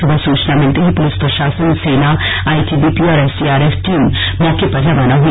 सुबह सूचना मिलते ही पुलिस प्रशासन सेना आईटीबीपी और एसडीआरएफ टीम मौके पर रवाना हुई